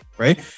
Right